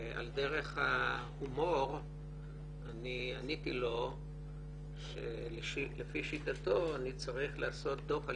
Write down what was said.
על דרך ההומור אני עניתי לו שלפי שיטתו אני צריך לעשות דוח על